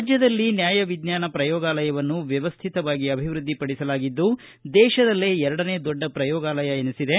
ರಾಜ್ಯದಲ್ಲಿ ನ್ಯಾಯ ವಿಜ್ಞಾನ ಪ್ರಯೋಗಾಲಯವನ್ನು ವ್ಯವಸ್ಥಿತವಾಗಿ ಅಭಿವೃದ್ಧಿಪಡಿಸಲಾಗಿದ್ದು ದೇಶದಲ್ಲೇ ಎರಡನೆ ದೊಡ್ಡ ಪ್ರಯೋಗಾಲಯ ಎನಿಸಿದೆ